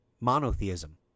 monotheism